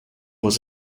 was